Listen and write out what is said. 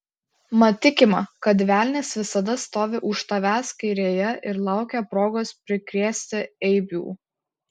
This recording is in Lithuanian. mat tikima kad velnias visada stovi už tavęs kairėje ir laukia progos prikrėsti eibių